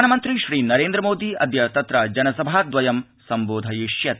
प्रधानमन्त्री श्रीनरेन्द्र मोदी अद्य तत्र जनसभा दवयं सम्बोधयिष्यति